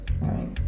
right